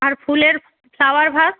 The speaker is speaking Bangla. আর ফুলের ফ্লাওয়ার ভাস